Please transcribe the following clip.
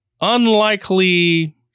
unlikely